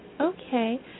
Okay